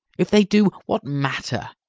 if they do, what matter